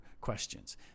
questions